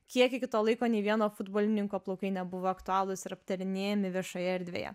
kiek iki to laiko nei vieno futbolininko plaukai nebuvo aktualūs ir aptarinėjami viešoje erdvėje